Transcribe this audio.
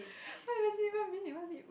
what does it even mean what does it